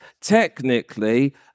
Technically